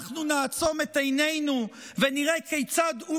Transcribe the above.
אנחנו נעצום את עינינו ונראה כיצד הוא